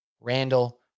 Randall